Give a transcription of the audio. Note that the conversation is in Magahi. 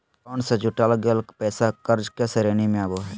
बॉन्ड से जुटाल गेल पैसा कर्ज के श्रेणी में आवो हइ